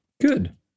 Good